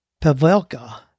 Pavelka